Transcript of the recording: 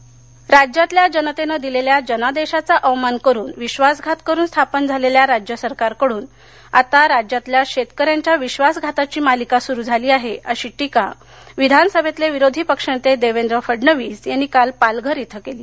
पालघर राज्यातल्या जनतेनं दिलेल्या जनादेशाचा अवमान करून विश्वासघात करून स्थापन झालेल्या राज्य सरकारकडुन आता राज्यातल्या शेतकऱ्यांच्या विश्वासघाताची मालिका सुरु झाली आहे अशी टिका विधानसभेतले विरोधी पक्षनेते देवेंद्र फडणवीस यांनी काल पालघर इथं केली